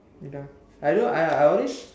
wait ah I don't know I I I always